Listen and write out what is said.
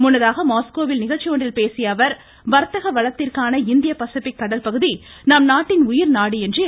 முன்னதாக மாஸ்கோவில் நிகழ்ச்சி ஒன்றில் பேசிய அவர் வர்த்தக வளத்திற்கான இந்திய பசிபிக் கடல்பகுதி நம்நாட்டின் உயிர்நாடி என்று எடுத்துரைத்தார்